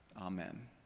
Amen